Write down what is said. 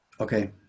okay